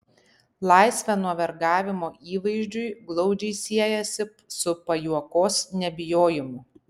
laisvė nuo vergavimo įvaizdžiui glaudžiai siejasi su pajuokos nebijojimu